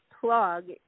plug